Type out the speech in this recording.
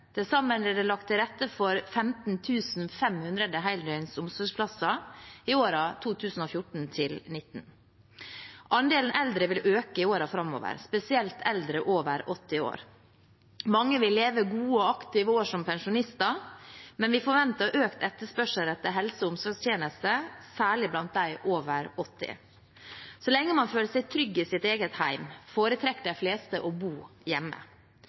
er det lagt til rette for 15 500 heldøgns omsorgsplasser i årene 2014–2019. Andelen eldre vil øke i årene framover, spesielt eldre over 80 år. Mange vil leve gode og aktive år som pensjonister, men vi forventer økt etterspørsel etter helse- og omsorgstjenester, særlig blant dem over 80. Så lenge man føler seg trygg i sitt eget hjem, foretrekker de fleste å bo hjemme.